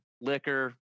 liquor